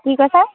কি কৈছে